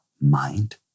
mind